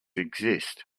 exist